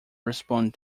respond